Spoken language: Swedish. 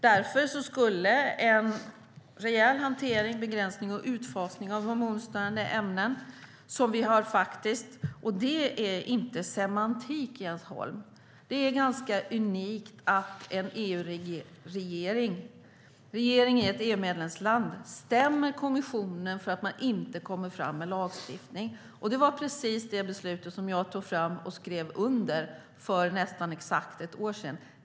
Därför är en rejäl hantering, begränsning och utfasning av hormonstörande ämnen inte semantik, Jens Holm. Det är ganska unikt att regeringen i ett EU-medlemsland stämmer kommissionen för att den inte kommer fram med en lagstiftning. Det var precis det beslutet som jag tog fram och skrev under för nästan exakt ett år sedan.